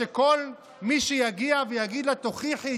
שכל מי שיגיע ויגיד לה תוכיחי,